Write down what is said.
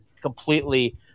completely